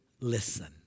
listen